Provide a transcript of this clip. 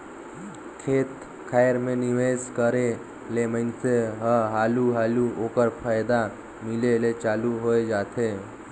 खेत खाएर में निवेस करे ले मइनसे ल हालु हालु ओकर फयदा मिले ले चालू होए जाथे